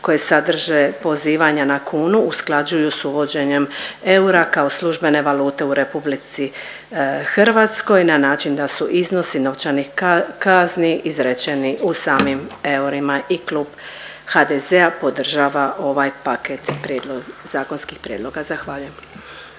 koje sadrže pozivanja na kunu usklađuju s uvođenjem eura kao službene valute u RH na način da su iznosi novčanih kazni izrečeni u samim eurima. I klub HDZ-a podržava ovaj paket zakonskih prijedloga. Zahvaljujem.